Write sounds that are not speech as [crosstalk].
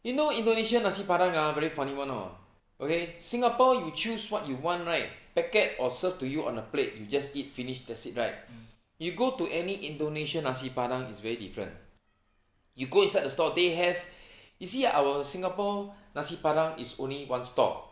you know indonesia nasi-padang ah very funny [one] hor okay singapore you choose what you want right packet or served to you on a plate you just eat finish that's it right you go to any indonesian nasi-padang is very different you go inside the store they have [breath] you see our singapore nasi-padang is only one store